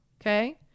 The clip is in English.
okay